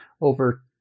over